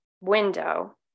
window